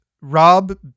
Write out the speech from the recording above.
Rob